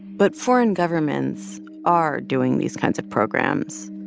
but foreign governments are doing these kinds of programs.